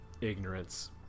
ignorance